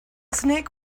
snake